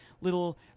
little